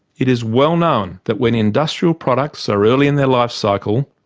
it is well known that when industrial products are early in their lifecycle,